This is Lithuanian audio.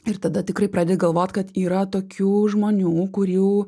ir tada tikrai pradedi galvot kad yra tokių žmonių kurių